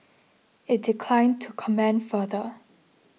it declined to comment further